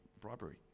bribery